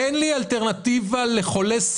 לאלה שאין להם תחבורה ציבורית.